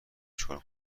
چیکار